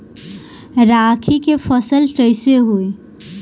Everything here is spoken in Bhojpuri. रागी के फसल कईसे होई?